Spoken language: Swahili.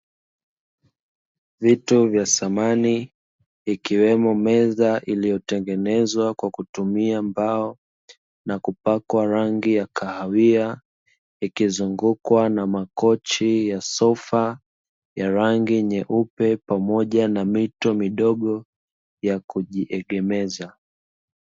Vitu vya samani, ikiwemo meza iliyotengenezwa kwa kutumia mbao na kupakwa rangi ya kahawia, ikizungukwa na makochi ya sofa, ya rangi nyeupe pamoja na mito midogo ya kujiegemeza.